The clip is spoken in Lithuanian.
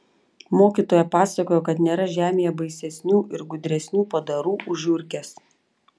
mokytoja pasakojo kad nėra žemėje baisesnių ir gudresnių padarų už žiurkes